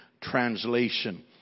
Translation